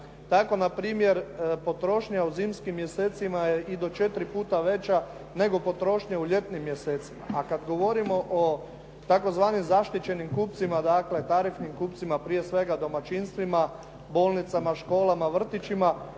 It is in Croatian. Tako na primjer, potrošnja u zimskim mjesecima je i do 4 puta veća nego potrošnja u ljetnim mjesecima, a kad govorimo o tzv. zaštićenim kupcima, dakle tarifnim kupcima, prije svega domaćinstvima, bolnicama, školama, vrtićima,